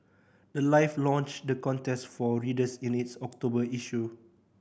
the life launched the contest for readers in its October issue